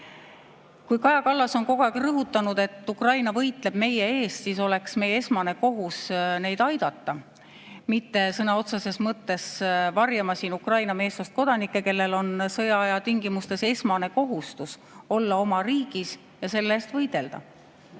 Kaja Kallas on kogu aeg rõhutanud, et Ukraina võitleb meie eest, siis oleks meie esmane kohus neid aidata, mitte sõna otseses mõttes varjata siin Ukraina meessoost kodanikke, kellel on sõjaaja tingimustes esmane kohustus olla oma riigis ja selle eest võidelda.